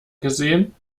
gesehen